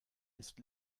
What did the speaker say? ist